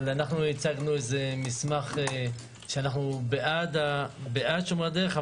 אנחנו הצגנו מסמך שאנחנו בעד שומרי הדרך,